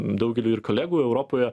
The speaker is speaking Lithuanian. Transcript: daugeliui ir kolegų europoje